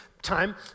Time